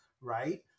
right